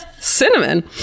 Cinnamon